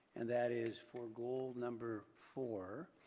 and that is for goal number four,